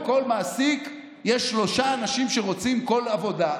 לכל מעסיק יש שלושה אנשים שרוצים כל עבודה,